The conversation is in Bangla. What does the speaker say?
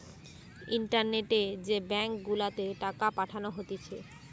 ইন্টারনেটে যে ব্যাঙ্ক গুলাতে টাকা পাঠানো হতিছে